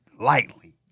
lightly